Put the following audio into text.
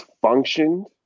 functioned